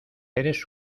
eres